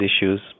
issues